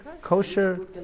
kosher